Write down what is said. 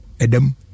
Adam